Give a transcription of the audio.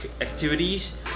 activities